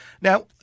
Now